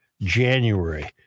january